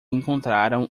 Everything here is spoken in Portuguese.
encontraram